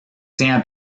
tient